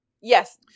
Yes